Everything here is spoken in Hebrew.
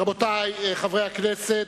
אדוני היושב-ראש, חברי הכנסת,